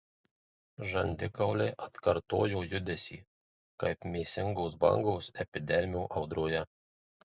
žandikauliai atkartojo judesį kaip mėsingos bangos epidermio audroje